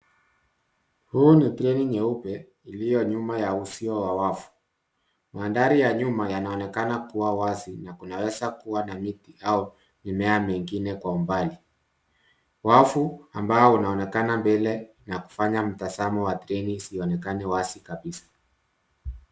Huu ni treni nyeupe iliyonyuma ya uzio wa wavu. Mandhari ya myuma yanaonekana kuwa wazi na kunaweza kuwa na miti au mimea mengine kwa umbali. Wavu ambao unaonekana mbele na kufanya mtazamo wa treni isionekane wazi kabisa.